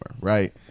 right